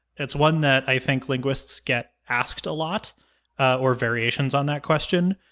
it's one that i think linguists get asked a lot or variations on that question.